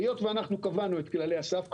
היות ואנחנו קבענו את כללי הסף,